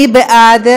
מי בעד?